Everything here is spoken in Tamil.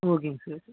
ஓகேங்க சார்